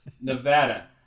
Nevada